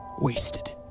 wasted